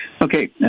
Okay